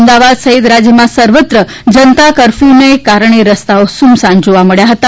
અમદાવાદ સહિત રાજયમાં સર્વત્ર જનતા કરર્ફથુનો કારણે રસ્તાઓ સુમસામ જોવા મળ્યા હતા